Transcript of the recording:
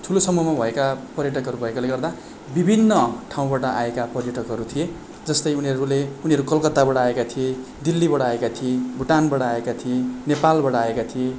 ठुलो समूहमा भएका पर्यटकहरू भएकाले गर्दा विभिन्न ठाउँबाट आएका पर्यटकहरू थिए जस्तै उनीहरूले उनीहरू कलकत्ताबाट आएका थिए दिल्लीबाट आएका थिए भुटानबाट आएका थिए नेपालबाट आएका थिए